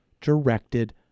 directed